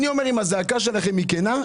אם הזעקה שלכם כנה,